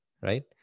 right